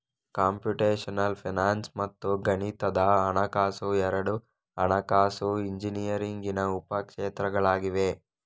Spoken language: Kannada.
ಕಂಪ್ಯೂಟೇಶನಲ್ ಫೈನಾನ್ಸ್ ಮತ್ತು ಗಣಿತದ ಹಣಕಾಸು ಎರಡೂ ಹಣಕಾಸು ಇಂಜಿನಿಯರಿಂಗಿನ ಉಪ ಕ್ಷೇತ್ರಗಳಾಗಿವೆ